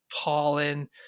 pollen